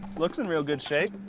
looks in real good shape.